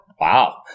Wow